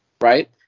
Right